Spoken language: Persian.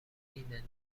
اینه